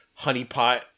honeypot